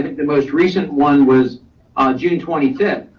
the most recent one was on june twenty fifth,